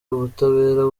ubutabera